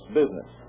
business